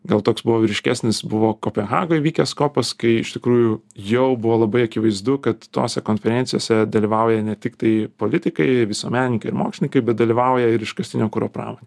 gal toks buvo vyriškesnis buvo kopenhagoj vykęs kopas kai iš tikrųjų jau buvo labai akivaizdu kad tose konferencijose dalyvauja ne tiktai politikai visuomenininkai ir mokslininkai bet dalyvauja ir iškastinio kuro pramonė